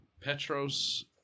Petros